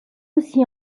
aussi